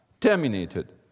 terminated